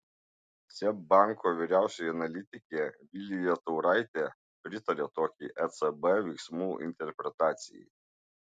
seb banko vyriausioji analitikė vilija tauraitė pritaria tokiai ecb veiksmų interpretacijai